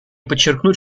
подчеркнуть